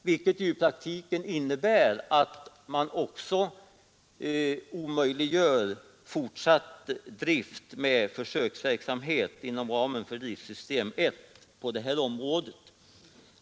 Det betyder i praktiken att man också omöjliggör fortsatt försöksverksamhet inom ramen för driftsystem 1 på detta område.